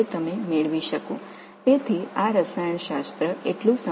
எனவே இந்த வேதியியல் மிகவும் உணர்திறன் வாய்ந்தது